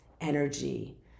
energy